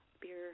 beer